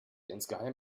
insgeheim